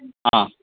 हा